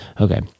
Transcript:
Okay